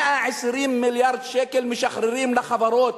120 מיליארד שקל משחררים לחברות,